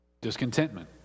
Discontentment